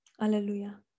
Hallelujah